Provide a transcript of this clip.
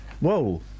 Whoa